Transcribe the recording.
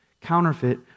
Counterfeit